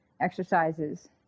exercises